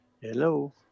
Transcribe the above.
Hello